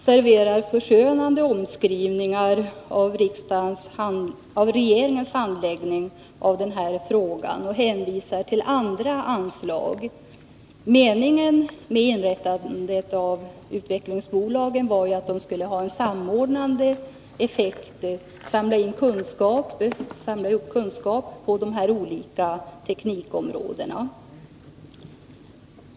Herr talman! Britta Hammarbacken serverar förskönande omskrivningar av regeringens handläggning av den här frågan och hänvisar till andra anslag. Meningen med inrättandet av utvecklingsbolagen var ju att de skulle ha en samordnande effekt och samla ihop kunskap på de olika teknikområdena.